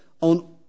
on